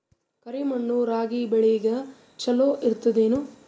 ಕರಿ ಮಣ್ಣು ರಾಗಿ ಬೇಳಿಗ ಚಲೋ ಇರ್ತದ ಏನು?